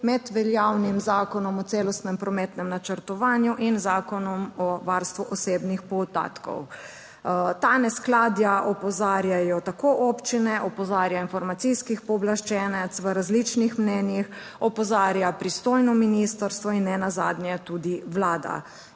med veljavnim Zakonom o celostnem prometnem načrtovanju in Zakonom o varstvu osebnih podatkov. Ta neskladja opozarjajo tako občine, opozarja informacijski pooblaščenec v različnih mnenjih, opozarja pristojno ministrstvo in nenazadnje tudi Vlada.